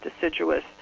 deciduous